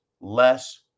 less